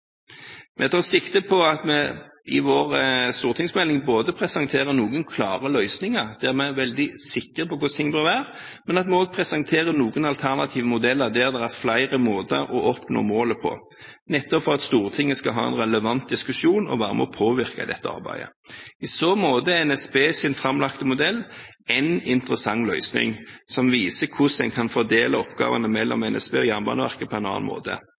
Vi tar sikte på at vi i vår stortingsmelding ikke bare presenterer noen klare løsninger der vi er veldig sikre på hvordan ting bør være, men at vi også presenterer noen alternative modeller der det er flere måter å oppnå målet på, nettopp for at Stortinget skal ha en relevant diskusjon og være med og påvirke dette arbeidet. I så måte er NSBs framlagte modell én interessant løsning som viser hvordan en kan fordele oppgavene mellom NSB og Jernbaneverket på en annen måte.